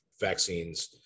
vaccines